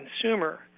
consumer